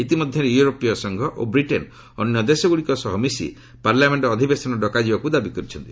ଇତିମଧ୍ୟରେ ୟୁରୋପୀୟ ସଂଘ ଓ ବ୍ରିଟେନ୍ ଅନ୍ୟ ଦେଶଗୁଡ଼ିକ ସହ ମିଶି ପାର୍ଲାମେଣ୍ଟ ଅଧିବେଶନ ଡକାଯିବାକୁ ଦାବି କରିଛନ୍ତି